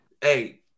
Hey